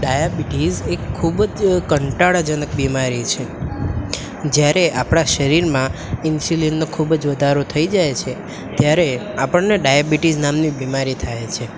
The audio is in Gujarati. ડાયાબિટીસ એક ખૂબ જ કંટાળાજનક બીમારી છે જ્યારે આપણાં શરીરમાં ઇનસ્યૂલિનનો ખૂબ જ વધારો થઈ જાય છે ત્યારે આપણને ડાયાબિટીસ નામની બીમારી થાય છે